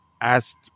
asked